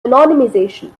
anonymisation